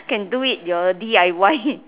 can do it your d_i_y